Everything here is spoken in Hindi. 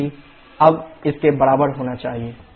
PC आपका x3 अब इसके बराबर होना चाहिए x3s3 sf